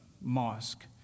mosque